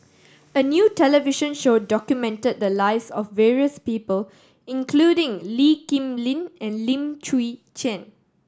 a new television show documented the lives of various people including Lee Kip Lin and Lim Chwee Chian